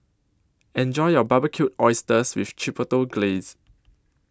Enjoy your Barbecued Oysters with Chipotle Glaze